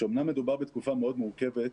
שאומנם מדובר בתקופה מאוד מורכבת,